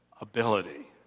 ability